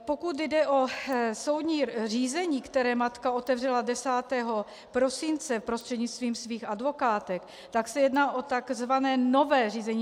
Pokud jde o soudní řízení, které matka otevřela 10. prosince prostřednictvím svých advokátek, tak se jedná o tzv. nové řízení.